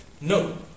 No